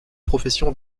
profession